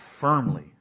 firmly